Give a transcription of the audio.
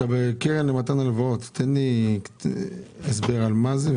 הקרן למתן הלוואות, תן לי הסבר על מה זה.